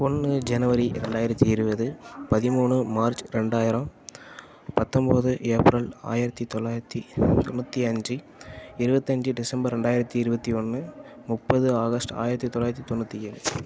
ஒன்று ஜனவரி ரெண்டாயிரத்தி இருபது பதிமூணு மார்ச் ரெண்டாயிரம் பத்தொம்பது ஏப்ரல் ஆயிரத்தி தொள்ளாயிரத்தி தொண்ணூற்றி அஞ்சு இருவத்தஞ்சு டிசம்பர் ரெண்டாயிரத்தி இருபத்தி ஒன்று முப்பது ஆகஸ்ட் ஆயிரத்தி தொள்ளாயிரத்தி தொண்ணூற்றி ஏழு